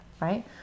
right